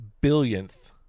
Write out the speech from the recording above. billionth